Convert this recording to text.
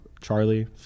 Charlie